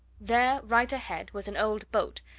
there, right ahead, was an old boat,